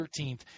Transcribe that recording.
13th